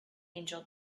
angel